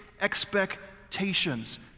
expectations